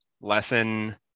lesson